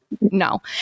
no